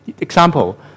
Example